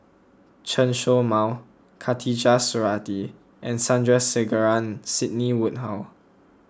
Chen Show Mao Khatijah Surattee and Sandrasegaran Sidney Woodhull